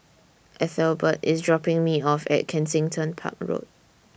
Ethelbert IS dropping Me off At Kensington Park Road